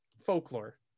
folklore